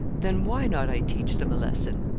then why not i teach them a lesson?